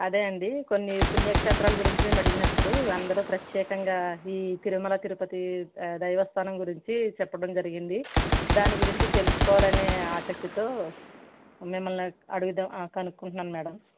అదే అండి కొన్ని పుణ్యక్షేత్రాల గురించి మేము అడిగినప్పుడు అందరు ప్రత్యేకంగా ఈ తిరుమల తిరుపతి దేవస్థానం గురించి చెప్పడం జరిగింది దాని గురించి తెలుసుకోవాలనే ఆసక్తితో మిమ్మల్ని అడుగుదాం అ కనుక్కుంటున్నాం మేడమ్